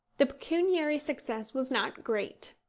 the pecuniary success was not great.